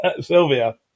Sylvia